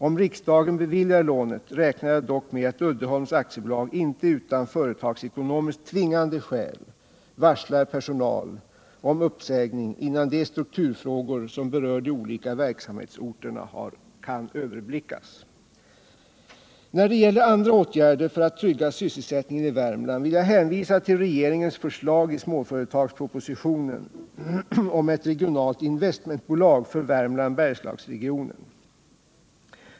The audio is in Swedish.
Om riksdagen beviljar lånet räknar jag dock med att Uddeholms AB inte utan företagsekonomiskt tvingande skäl varslar personal om uppsägning innan de strukturfrågor som berör de olika verksamhetsorterna kan överblickas. När det gäller andra åtgärder för att trygga sysselsättningen i Värmland vill jag hänvisa till regeringens förslag i småföretagspropositionen (prop. 1977 Bergslagenregionen.